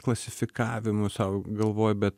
klasifikavimu sau galvoju bet